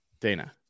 Dana